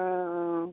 অঁ অঁ